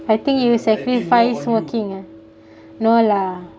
I think you will sacrifice working ah no lah